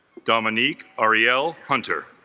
dominique arielle hunter